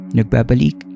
nagbabalik